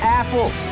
apples